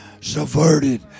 subverted